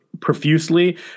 profusely